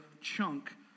chunk